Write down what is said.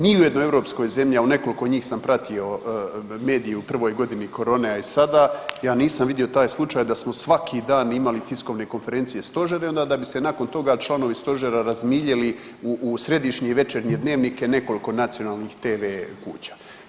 Ni u jednoj europskoj zemlji, a u nekoliko njih sam pratio medije u prvoj godini korone, a i sada, ja nisam vidio taj slučaj da smo svaki dan imali tiskovne konferencije stožera i onda da bi se nakon toga članovi stožera razmiljili u središnje i večernje dnevnike nekoliko nacionalnih tv kuća.